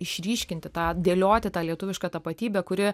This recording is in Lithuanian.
išryškinti tą dėlioti tą lietuvišką tapatybę kuri